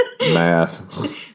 Math